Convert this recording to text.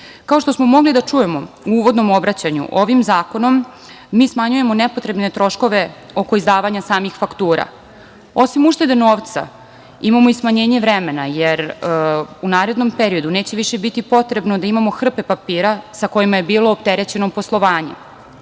što smo mogli da čujemo u uvodnom obraćaju, ovim zakonom mi smanjujemo nepotrebne troškove oko izdavanja samih faktura. Osim uštede novca, imamo i smanjenje vremena, jer u narednom periodu neće više biti potrebno da imamo hrpe papira sa kojima je bilo opterećeno poslovanje. Ovo